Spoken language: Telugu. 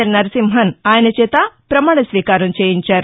ఎల్ నరసింహన్ ఆయన చేత ప్రమాణ స్వీకారం చేయించారు